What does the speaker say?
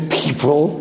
people